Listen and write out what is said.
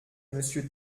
monsieur